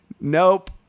Nope